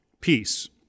peace